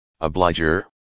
obliger